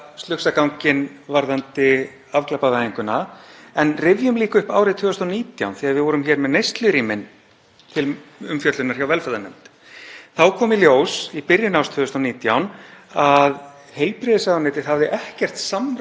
Þá kom í ljós, í byrjun árs 2019, að heilbrigðisráðuneytið hafði ekkert samráð átt við dómsmálaráðuneytið. Málið brotlenti rækilega í velferðarnefnd vegna þess að dómsmálaráðuneytið hafði